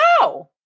No